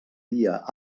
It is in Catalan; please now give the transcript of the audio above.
dia